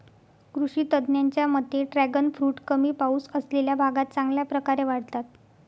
कृषी तज्ज्ञांच्या मते ड्रॅगन फ्रूट कमी पाऊस असलेल्या भागात चांगल्या प्रकारे वाढतात